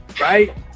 Right